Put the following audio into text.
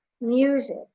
music